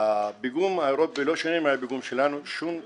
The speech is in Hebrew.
הפיגום האירופי לא שונה מהפיגום שלנו בשום דבר.